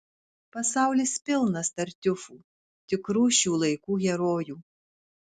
pasaulis pilnas tartiufų tikrų šių laikų herojų